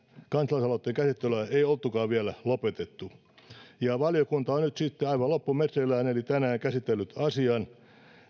kansalaisaloitteen käsittelyä ei oltukaan vielä lopetettu valiokunta on nyt sitten aivan loppumetreillään eli tänään käsitellyt asian